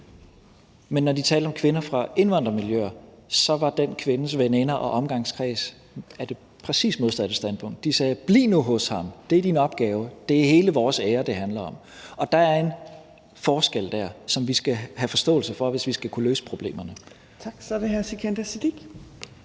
Men når de talte om kvinder fra indvandrermiljøer, sagde de, at den kvindes veninder og omgangskreds havde det præcis modsatte standpunkt. De sagde: Bliv nu hos ham, det er din opgave; det er hele vores ære, det handler om. Der er en forskel der, som vi skal have forståelse for, hvis vi skal kunne løse problemerne. Kl. 14:01 Tredje næstformand (Trine